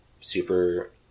super